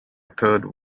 third